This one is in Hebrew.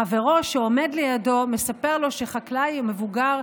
חברו שעומד לידו מספר לו שהחקלאי המבוגר,